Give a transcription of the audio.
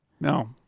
No